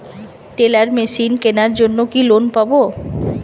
Teller machine কেনার জন্য কি লোন পাব?